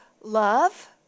love